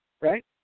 right